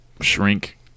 shrink